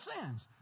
sins